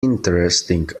interesting